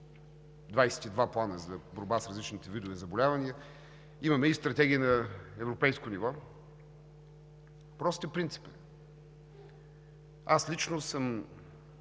22 плана за борба с различните видове заболявания. Имаме и стратегии на европейско ниво с прости принципи. Аз лично съм